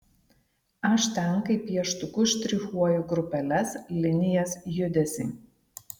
aš ten kaip pieštuku štrichuoju grupeles linijas judesį